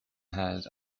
had